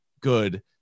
good